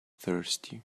thirsty